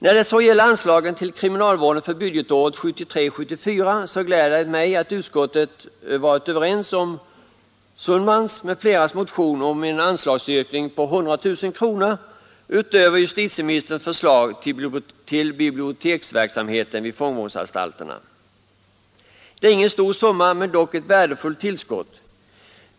När det så gäller anslagen till kriminalvården för budgetåret 1973/74 gläder det mig att utskottet har anslutit sig till motionen av herr Sundman m.fl. om en anslagsökning på 100 000 kronor utöver justitieministerns förslag till biblioteksverksamheten vid fångvårdsanstalterna. Det är ingen stor summa, men dock ett värdefullt tillskott.